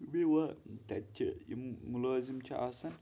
یِوان تَتہِ چھِ یِم مُلٲزِم چھِ آسان